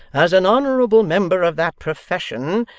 as an honourable member of that profession,